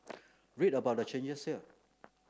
read about the changes here